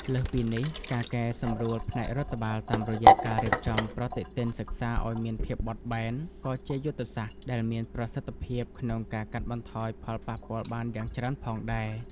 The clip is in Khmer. លើសពីនេះ ការកែសម្រួលផ្នែករដ្ឋបាលតាមរយៈការរៀបចំប្រតិទិនសិក្សាឱ្យមានភាពបត់បែន ក៏ជាយុទ្ធសាស្ត្រដែលមានប្រសិទ្ធភាពក្នុងការកាត់បន្ថយផលប៉ះពាល់បានយ៉ាងច្រើនផងដែរ។